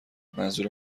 منظور